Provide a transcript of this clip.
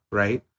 right